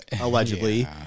allegedly